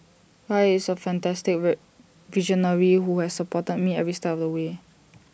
guy is A fantastic visionary who has supported me every step of the way